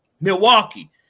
Milwaukee